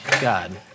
God